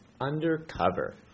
undercover